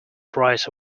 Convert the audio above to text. prize